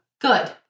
Good